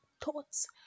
thoughts